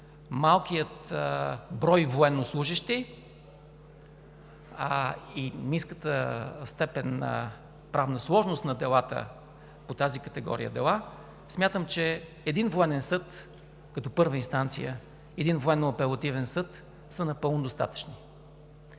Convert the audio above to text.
малкия брой военнослужещи и ниската степен на правна сложност на делата по тази категория дела, смятам че един военен съд като първа инстанция, един Военно-апелативен съд е напълно достатъчен.